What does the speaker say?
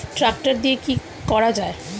Tractor দিয়ে কি করা যায়?